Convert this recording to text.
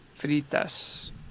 fritas